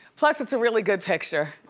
plus it's a really good picture.